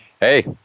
hey